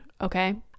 okay